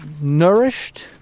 nourished